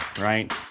right